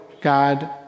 God